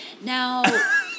Now